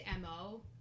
mo